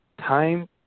Time